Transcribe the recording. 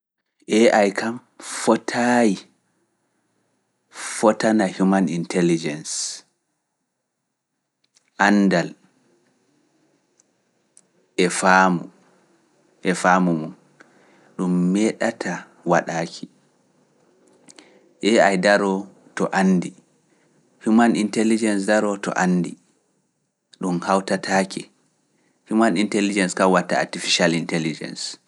AI kam fotaayi fotana human intelligence, anndal, e faamu, e faamu mum, ɗum meeɗata waɗaaki. Ai kam daroo to anndi, human intelligence daroo to anndi, ɗum hawtataaki, human intelligence kam watta artificial intelligence